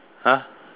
!huh!